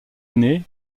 année